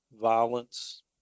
violence